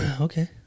Okay